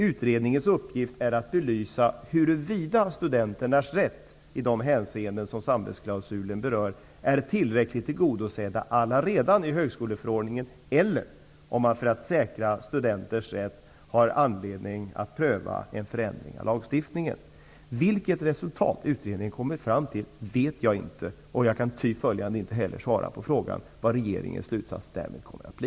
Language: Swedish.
Utredningens uppgift är att belysa huruvida studenternas rätt i de hänseenden som samvetsklausulen berör allaredan är tillräckligt tillgodosedd i högskoleförordningen eller om man, för att säkra studenters rätt, har anledning att pröva en förändring av lagstiftningen. Vilket resultat utredningen kommer fram till vet jag inte, och jag kan ty åtföljande inte heller svara på frågan vad regeringens slutsats därmed kommer att bli.